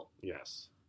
yes